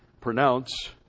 pronounce